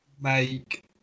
make